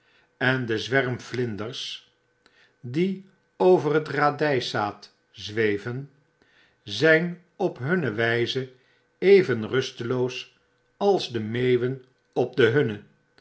en de zwerm vlinders die over het radyszaad zweven zyn op hunne wyze even rusteloos als de meeuwen op de hunne